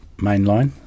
Mainline